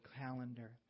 calendar